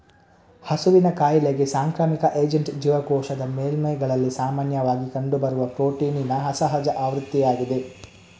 ಹಸುವಿನ ಕಾಯಿಲೆಗೆ ಸಾಂಕ್ರಾಮಿಕ ಏಜೆಂಟ್ ಜೀವಕೋಶದ ಮೇಲ್ಮೈಗಳಲ್ಲಿ ಸಾಮಾನ್ಯವಾಗಿ ಕಂಡುಬರುವ ಪ್ರೋಟೀನಿನ ಅಸಹಜ ಆವೃತ್ತಿಯಾಗಿದೆ